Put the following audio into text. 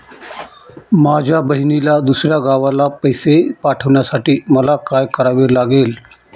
माझ्या बहिणीला दुसऱ्या गावाला पैसे पाठवण्यासाठी मला काय करावे लागेल?